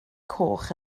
coch